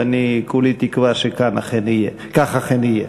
ואני כולי תקווה שכך אכן יהיה.